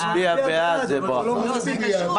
נצביע בעד, זה ברכה.